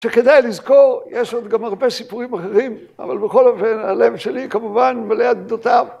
שכדאי לזכור, יש עוד גם הרבה סיפורים אחרים, אבל בכל אופן, הלב שלי כמובן מלא עדותיו.